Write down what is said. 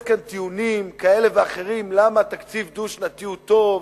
כאן טיעונים כאלה ואחרים למה תקציב דו-שנתי הוא טוב.